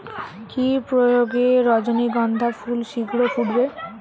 কি প্রয়োগে রজনীগন্ধা ফুল শিঘ্র ফুটবে?